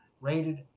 rated